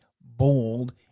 bold